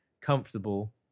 comfortable